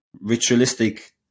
ritualistic